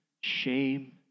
shame